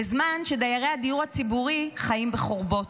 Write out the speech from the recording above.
בזמן שדיירי הדיור הציבורי חיים בחורבות.